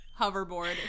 hoverboard